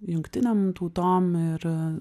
jungtinėm tautom ir